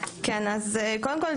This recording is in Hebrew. קודם כול,